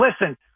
listen